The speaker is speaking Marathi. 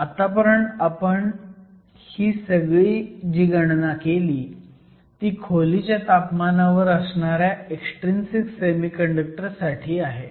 आत्तापर्यंत आपण ही जी सगळी गणना केली ती खोलीच्या तापमानावर असणाऱ्या एक्सट्रिंसिक सेमीकंडक्टर साठी आहे